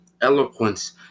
eloquence